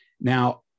Now